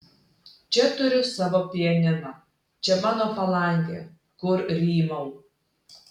čia turiu savo pianiną čia mano palangė kur rymau